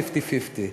פיפטי-פיפטי.